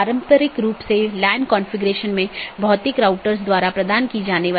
गम्यता reachability की जानकारी update message द्वारा आदान प्रदान की जाती है